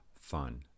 fun